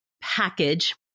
package